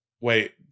Wait